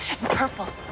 Purple